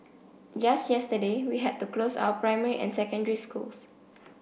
just yesterday we had to close our primary and secondary schools